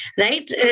right